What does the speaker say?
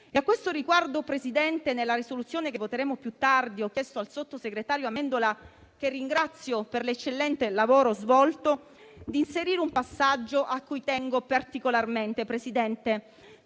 A questo riguardo, Presidente, nella risoluzione che voteremo più tardi ho chiesto al sottosegretario Amendola, che ringrazio per l'eccellente lavoro svolto, di inserire un passaggio a cui tengo particolarmente. In questa